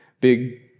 big